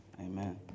Amen